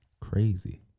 crazy